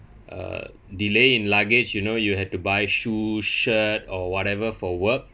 uh delay in luggage you know you have to buy shoe shirt or whatever for work